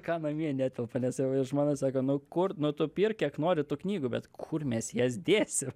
ką namie netelpa nes jau i žmona sako nu kur nu tu pirk kiek nori tų knygų bet kur mes jas dėsim